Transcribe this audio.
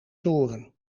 toren